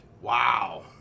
Wow